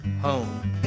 home